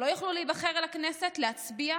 שלא יוכלו להיבחר לכנסת ולהצביע?